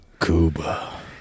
Cuba